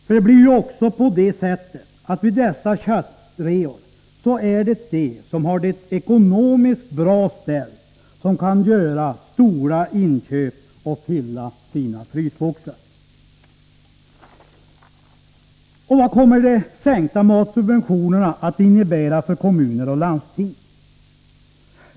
För det blir ju på det sättet att vid dessa köttreor är det de som har det ekonomiskt bra ställt som kan göra stora inköp och fylla sina frysboxar. Och vad kommer de sänkta matsubventionerna att innebära för kommuner och landsting?